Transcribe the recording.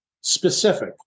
specific